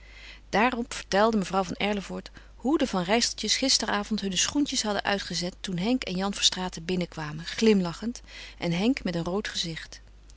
daarop vertelde mevrouw van erlevoort hoe de van rijsseltjes gisterenavond hunne schoentjes hadden uitgezet toen henk en jan verstraeten binnenkwamen glimlachend en henk met een rood gezicht